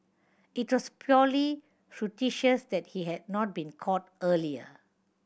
it trust purely fortuitous that he had not been caught earlier